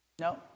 No